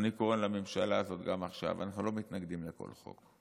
אני קורא לממשלה הזאת גם עכשיו: אנחנו לא מתנגדים לכל חוק.